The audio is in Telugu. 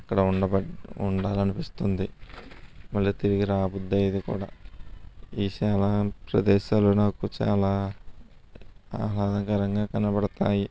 అక్కడ ఉండబ ఉండాలి అనిపిస్తుంది మళ్ళీ తిరిగి రాబుద్ది అవదు కుడా ఇది కూడా ఈ సేవా ప్రదేశాలు నాకు చాలా ఆహ్లాదకరంగా కనబడతాయి